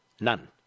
None